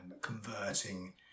converting